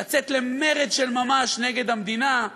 לצאת למרד של ממש נגד המדינה,